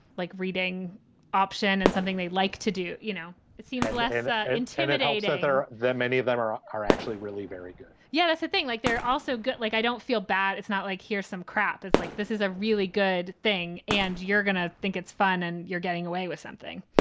like, reading option and something they like to do. you know, it seems less and intimidating other than many of them are ah are actually really very good yeah, that's the thing. like, they're also good. like, i don't feel bad. it's not like here's some crap. it's like this is a really good thing and you're going to think it's fun and you're getting away with something.